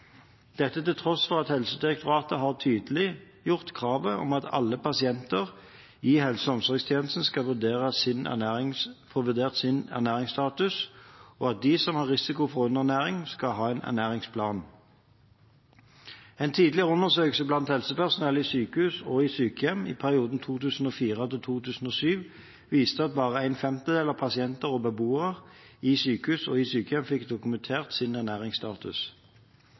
dette til tross for at Helsedirektoratet har tydeliggjort kravet om at alle pasienter i helse- og omsorgstjenesten skal få vurdert sin ernæringsstatus, og at de som har risiko for underernæring, skal ha en ernæringsplan. En tidligere undersøkelse blant helsepersonell i sykehus og sykehjem i perioden 2004–2007 viste at bare en femtedel av pasienter og beboere i sykehus og sykehjem fikk dokumentert sin ernæringsstatus.